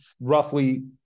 roughly